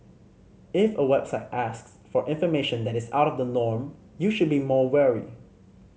if a website asks for information that is out of the norm you should be more wary